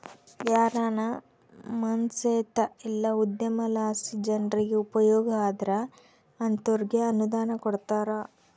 ಯಾರಾನ ಮನ್ಸೇತ ಇಲ್ಲ ಉದ್ಯಮಲಾಸಿ ಜನ್ರಿಗೆ ಉಪಯೋಗ ಆದ್ರ ಅಂತೋರ್ಗೆ ಅನುದಾನ ಕೊಡ್ತಾರ